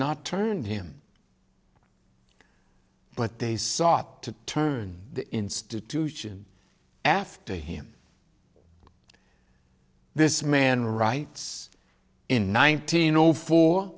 not turned him but they sought to turn the institution after him this man writes in nineteen zero four